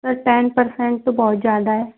sir ten percent तो बहुत ज़्यादा है